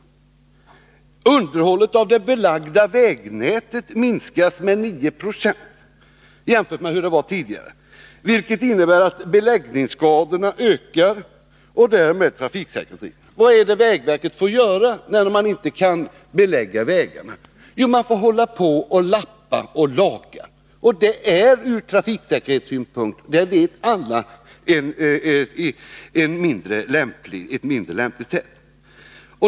Underhållet av det belagda vägnätet minskas med 9 76 jämfört med tidigare, vilket innebär att beläggningsskadorna ökar och att trafiksäkerheten därmed minskar. Vad är det vägverket får göra, när vägarna inte kan beläggas? Jo, vägverket får hålla på att lappa och laga, och som alla vet är detta ur trafiksäkerhetssynpunkt ett mindre lämpligt sätt.